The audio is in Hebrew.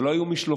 ולא היו משלוחים,